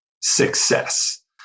success